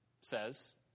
says